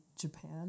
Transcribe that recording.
Japan